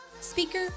Speaker